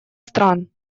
стран